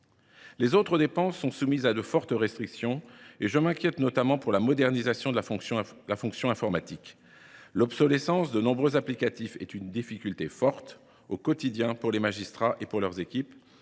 Les autres dépenses sont soumises à de fortes restrictions. Je m’inquiète notamment pour la modernisation de la fonction informatique. L’obsolescence de nombreux applicatifs est une difficulté importante, au quotidien, pour les magistrats et pour leurs équipes